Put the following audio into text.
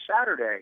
Saturday